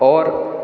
और